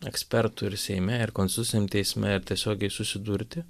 ekspertu ir seime ir konstituciniam teisme ir tiesiogiai susidurti